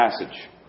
passage